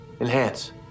Enhance